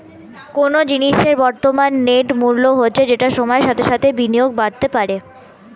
কোনো জিনিসের বর্তমান নেট মূল্য হচ্ছে যেটা সময়ের সাথে সাথে বিনিয়োগে বাড়তে পারে